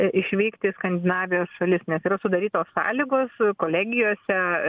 išvykti į skandinavijos šalis nes yra sudarytos sąlygos kolegijose